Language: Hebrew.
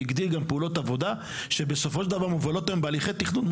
הוא הגדיר גם פעולות עבודה שבסופו של דבר מובלות היום בהליכי תכנון,